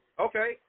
Okay